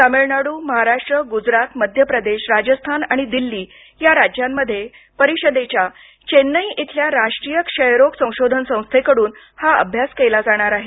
तामिळनाडू महाराष्ट्र गुजरात मध्य प्रदेश राजस्थान आणि दिल्ली या राज्यांमध्ये परिषदेच्या चेन्नई इथल्या राष्ट्रीय क्षयरोग संशोधन संस्थेकडून हा अभ्यास केला जाणार आहे